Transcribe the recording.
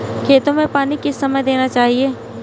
खेतों में पानी किस समय देना चाहिए?